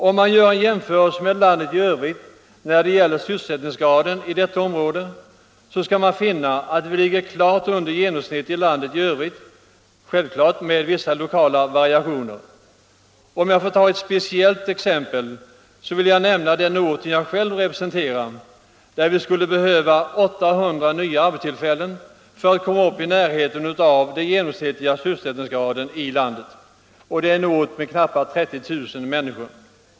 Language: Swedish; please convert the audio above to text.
Om man gör en jämförelse med landet i övrigt när det gäller sysselsättningsgraden i detta område skall man finna att vi där klart ligger under genomsnittet för landet i övrigt, självfallet med vissa lokala variationer. Om jag får ta ett speciellt exempel vill jag nämna den ort jag själv representerar, där vi skulle behöva 800 nya arbetstillfällen för att komma i närheten av den genomsnittliga sysselsättningsgraden i landet. Det är en ort med knappt 30 000 människor.